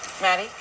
Maddie